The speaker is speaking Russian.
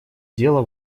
дело